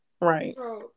Right